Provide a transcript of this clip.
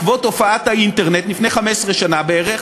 בעקבות הופעת האינטרנט לפני 15 שנה בערך.